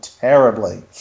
terribly